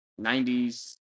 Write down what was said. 90s